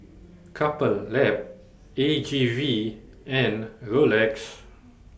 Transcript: Couple Lab A G V and Rolex